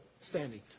standing